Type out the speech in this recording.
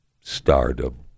stardom